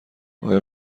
آیا